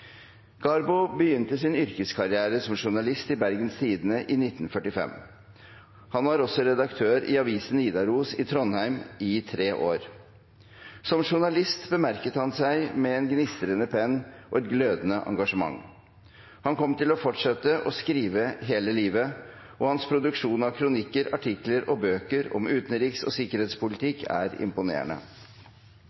Garbo begynte sin yrkeskarriere som journalist i Bergens Tidende i 1945. Han var også redaktør i avisen Nidaros i Trondheim i tre år. Som journalist bemerket han seg med en gnistrende penn og et glødende engasjement. Han kom til å fortsette å skrive hele livet, og hans produksjon av kronikker, artikler og bøker om utenriks- og